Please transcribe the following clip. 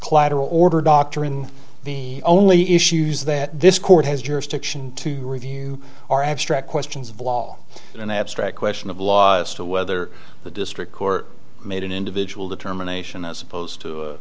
collateral order doctrine the only issues that this court has jurisdiction to review are abstract questions of law and an abstract question of law as to whether the district court made an individual determination as opposed to